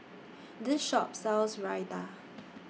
This Shop sells Raita